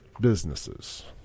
Businesses